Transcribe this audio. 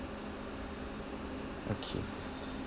okay